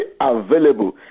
available